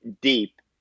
deep